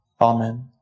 Amen